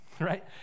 right